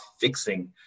fixing